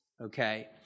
Okay